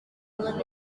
bamwe